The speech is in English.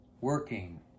working